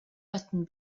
button